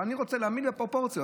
אבל אני רוצה להעמיד בפרופורציות.